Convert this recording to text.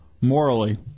Morally